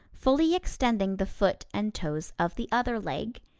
fully extending the foot and toes of the other leg.